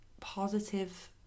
positive